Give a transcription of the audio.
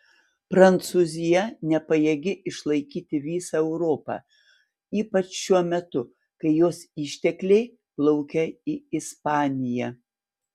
prancūzija nepajėgi išlaikyti visą europą ypač šiuo metu kai jos ištekliai plaukia į ispaniją